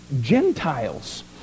Gentiles